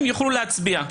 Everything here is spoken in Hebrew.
הם יוכלו להצביע.